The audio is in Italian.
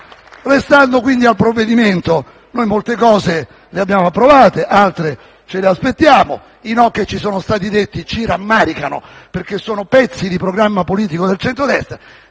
Restando al provvedimento, molte misure le abbiamo approvate, altre ce le aspettiamo; i no che ci sono stati detti ci rammaricano, perché sono pezzi di programma politico del centrodestra.